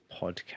podcast